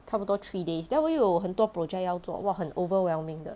差不多 three days then 我又有很多 project 要做哇很 overwhelming de:de